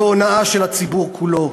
והונאה של הציבור כולו.